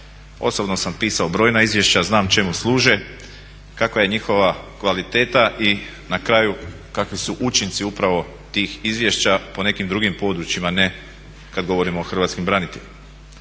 Osobno sam pisao brojna izvješća, znam čemu služe, kakva je njihova kvaliteta i na kraju kakvi su učinci upravo tih izvješća po nekim drugim područjima, ne kad govorimo o hrvatskim braniteljima.